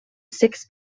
six